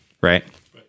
Right